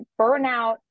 burnout